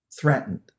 threatened